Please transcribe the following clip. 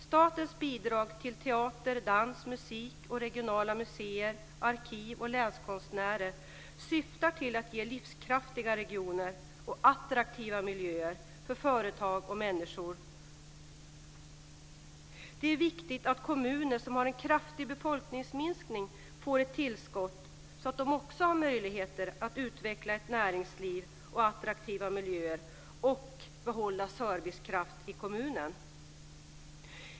Statens bidrag till teater, dans, musik, regionala museer, arkiv och länskonstnärer syftar till att ge livskraftiga regioner och attraktiva miljöer för företag och människor. Det är viktigt att kommuner som har en kraftig befolkningsminskning får ett tillskott, så att också de har möjligheter att utveckla ett näringsliv och attraktiva miljöer och behålla service i kommunen.